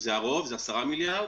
שזה הרוב, 10 מיליארד,